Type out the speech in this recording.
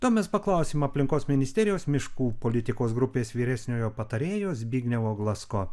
to mes paklausėm aplinkos ministerijos miškų politikos grupės vyresniojo patarėjo zbignevo glasko